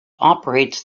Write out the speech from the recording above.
operates